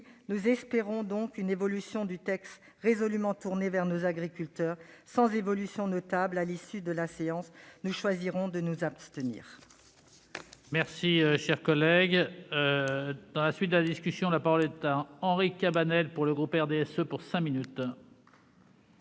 RDPI espèrent donc une évolution du texte résolument tournée vers nos agriculteurs. Sans évolution notable à l'issue de la séance, nous choisirons de nous abstenir.